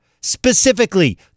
Specifically